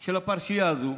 של הפרשייה הזו